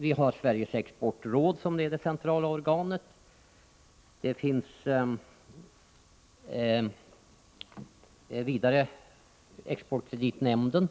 Vi har Sveriges exportråd, som är det centrala organet, och vidare exportkreditnämnden,